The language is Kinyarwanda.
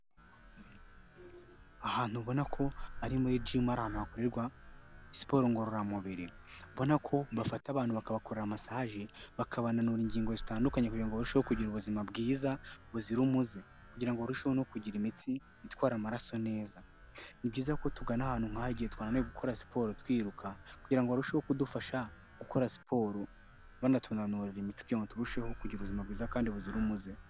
Ahantu ubona ko ari muri jimu ahantu hakorerwa siporo ngororamubiri mbona ko bafata abantu bakabakora massage bakabananura ingingo zitandukanye kugira ngo barusheho kugira ubuzima bwiza buzira umuze, kugira ngo ba ururusheho kugira imitsi itwara amaraso neza, ni byiza ko tugana ahantu nk'aha igihe twananiwe gukora siporo twiruka kugira ngo arusheho kudufasha gukora siporo banatunanura imitsiki ngo turusheho kugira ubuzima bwiza kandi buzira umuze.